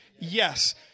Yes